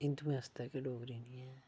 हिंदुएं आस्तै गै डोगरी नी ऐ